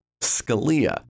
Scalia